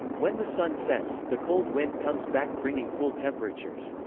when the sun sets, the cold wind comes back bringing cool temperatures.